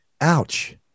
Ouch